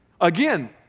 Again